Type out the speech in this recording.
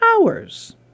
hours